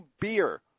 beer